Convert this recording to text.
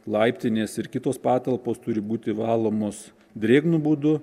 laiptinės ir kitos patalpos turi būti valomos drėgnu būdu